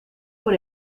por